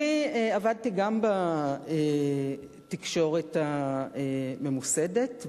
אני עבדתי גם בתקשורת הממוסדת,